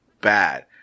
bad